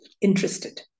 interested